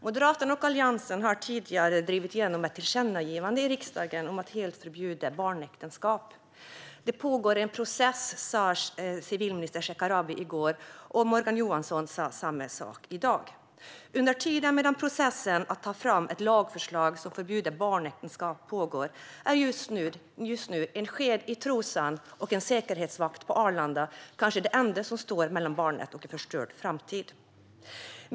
Moderaterna och Alliansen har tidigare drivit igenom ett tillkännagivande i riksdagen om att helt förbjuda barnäktenskap. Det pågår en process, sa civilminister Shekarabi i går, och Morgan Johansson sa samma sak i dag. Under tiden processen med att ta fram ett lagförslag som förbjuder barnäktenskap pågår är kanske det enda som står mellan barnet och en förstörd framtid en sked i trosan och en säkerhetsvakt på Arlanda.